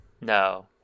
No